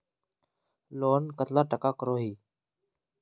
Loan कतला टाका करोही?